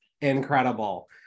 Incredible